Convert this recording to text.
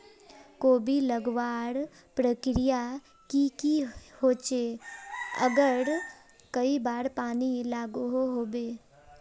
कोबी लगवार प्रक्रिया की की होचे आर कई बार पानी लागोहो होबे?